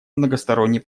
многосторонний